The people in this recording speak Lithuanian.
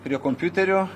prie kompiuterio